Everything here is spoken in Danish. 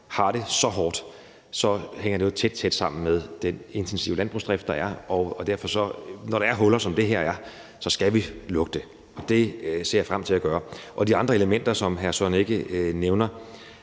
har det så hårdt, så hænger det jo tæt, tæt sammen med den intensive landbrugsdrift, der er. Derfor, når der er huller, som det her er, skal vi lukke det, og det ser jeg frem til at gøre. De andre elementer, som hr. Søren Egge